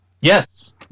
Yes